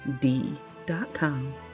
D.com